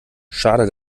schade